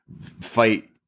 fight